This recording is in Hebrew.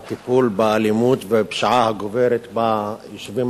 לנוכח ההתפתחויות האזוריות והבין-לאומיות שחלו בשנה